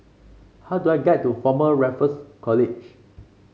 how do I get to Former Raffles College